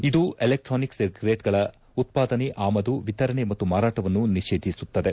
ಇದು ಎಲೆಕ್ವಾನಿಕ್ ಸಿಗರೇಟ್ಗಳ ಉತ್ಪಾದನೆ ಆಮದು ವಿತರಣೆ ಮತ್ತು ಮಾರಾಟವನ್ನು ನಿಷೇಧಿಸುತ್ತದೆ